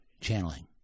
channeling